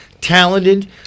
talented